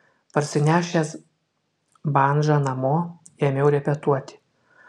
parsinešęs bandžą namo ėmiau repetuoti